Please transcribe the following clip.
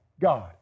God